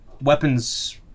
weapons